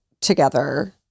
together